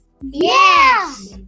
Yes